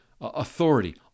authority